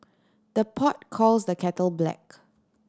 the pot calls the kettle black